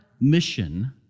mission